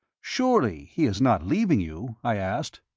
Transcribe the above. surely he is not leaving you? i asked.